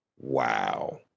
Wow